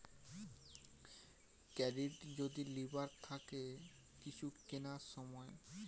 credit যদি লিবার থাকে কিছু কিনার সময়